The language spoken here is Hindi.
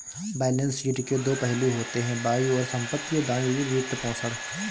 बैलेंस शीट के दो पहलू होते हैं, बाईं ओर संपत्ति, और दाईं ओर वित्तपोषण